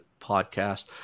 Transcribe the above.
podcast